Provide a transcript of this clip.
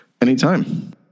Anytime